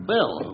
Bill